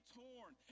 torn